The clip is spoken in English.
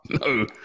no